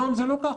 היום זה לא ככה,